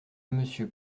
monsieur